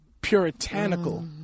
puritanical